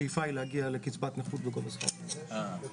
השאיפה היא להגיע לקצבת נכות בגובה שכר מינימום.